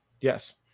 yes